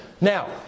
Now